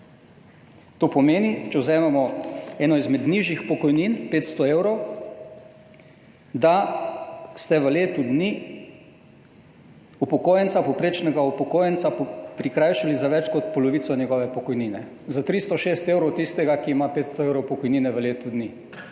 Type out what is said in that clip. To pomeni, če vzamemo eno izmed nižjih pokojnin, 500 evrov, da ste v letu dni povprečnega upokojenca prikrajšali za več kot polovico njegove pokojnine, za 306 evrov tistega, ki ima 500 evrov pokojnine v letu dni,